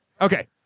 Okay